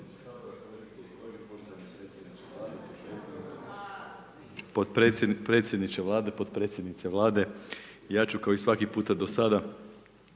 predsjedniče Vlade, podpredsjednice Vlade. Ja ću kao i svaki puta do sada